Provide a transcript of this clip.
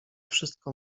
wszystko